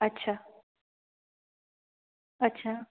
अच्छा अच्छा